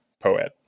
poet